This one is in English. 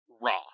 raw